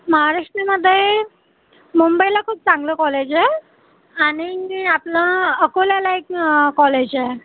महाराष्ट्रामध्ये मुंबईला खूप चांगलं कॉलेज आहे आणि आपलं अकोल्याला एक कॉलेज आहे